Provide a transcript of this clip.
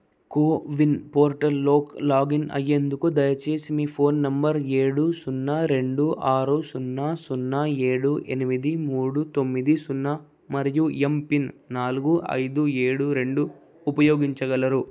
CoWIN portal లోకి login అయ్యేందుకు దయచేసి మీ ఫోన్ నంబర్ ఏడు సున్నా రెండు ఆరు సున్నా సున్నా ఏడు ఎనిమిది మూడు తొమ్మిది సున్నా మరియు ఎంపిన్ నాలుగు అయిదు ఏడు రెండు ఉపయోగించగలరు